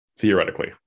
Theoretically